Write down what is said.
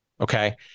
Okay